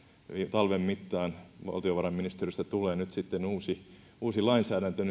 talven mittaan valtiovarainministeriöstä tulee uusi uusi lainsäädäntö